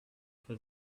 for